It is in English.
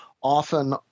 often